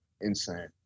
Insane